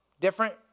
different